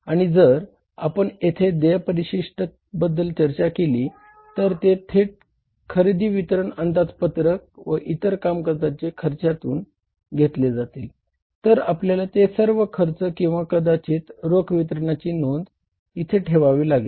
आणि जर आपण येथे देय परिशिष्टाबद्दल चर्चा केली तर ते थेट खरेदी वितरण अंदाजपत्रक इथे ठेवावी लागेल